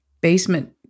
basement